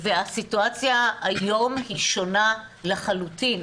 והסיטואציה היום היא שונה לחלוטין.